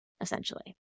essentially